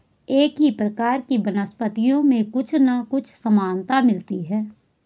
एक ही प्रकार की वनस्पतियों में कुछ ना कुछ समानता मिलती है